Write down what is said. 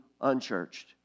unchurched